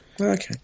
Okay